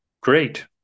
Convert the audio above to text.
great